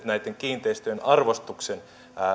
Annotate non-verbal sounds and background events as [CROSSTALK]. [UNINTELLIGIBLE] näitten kiinteistöjen arvostuksen